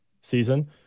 season